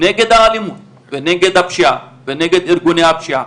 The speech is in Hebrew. נגד האלימות ונגד הפשיעה ונגד ארגוני הפשיעה,